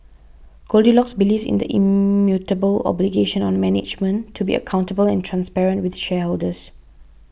goldilocks believes in the immutable obligation on management to be accountable and transparent with shareholders